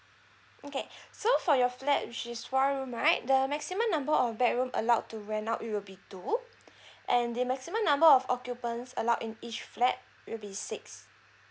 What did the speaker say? okay so for your flat which is four room right the maximum number of bedroom allowed to rent out it will be two and the maximum number of occupants allowed in each flat will be six